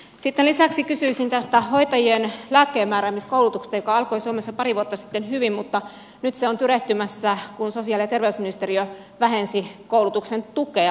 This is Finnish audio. sitten lisäksi kysyisin hoitajien lääkkeenmääräämiskoulutuksesta joka alkoi suomessa pari vuotta sitten hyvin mutta nyt on tyrehtymässä kun sosiaali ja terveysministeriö vähensi koulutuksen tukea